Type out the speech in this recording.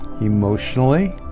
emotionally